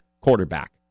quarterback